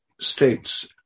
states